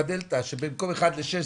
את הדלתא שבמקום אחד לשש,